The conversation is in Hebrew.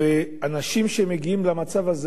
אנשים שמגיעים למצב הזה,